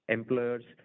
Employers